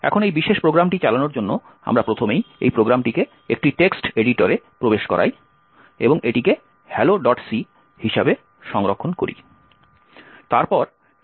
এখন এই বিশেষ প্রোগ্রামটি চালানোর জন্য আমরা প্রথমেই এই প্রোগ্রামটিকে একটি টেক্সট এডিটরে প্রবেশ করাই এবং এটিকে helloc হিসাবে সংরক্ষণ করি